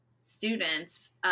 students